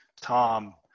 tom